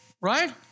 right